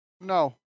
no